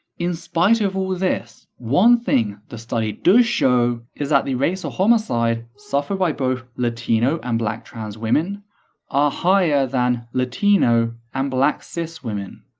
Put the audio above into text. in spite of all this, one thing the study does show is that the rates of ah homicide suffered by both latino and black trans women are higher than latino and black cis women.